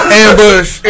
ambush